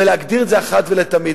ולהגדיר את זה אחת ולתמיד.